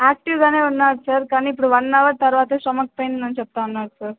యాక్టివ్గా ఉన్నాడు సార్ కానీ ఇప్పుడు వన్ అవర్ తర్వాత స్టమక్ పెయిన్ అని చెప్తున్నాడు సార్